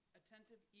attentive